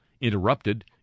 interrupted